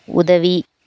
உதவி